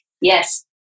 Yes